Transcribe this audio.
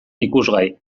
ikusgai